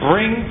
Bring